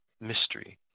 mystery